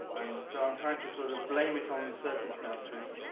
and so i'm trying to sort of blame it on the circumstances.